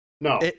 no